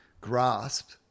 grasp